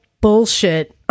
bullshit